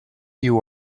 you